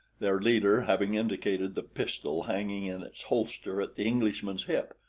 their leader having indicated the pistol hanging in its holster at the englishman's hip,